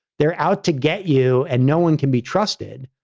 they're out to get you, and no one can be trusted,